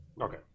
okay